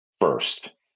first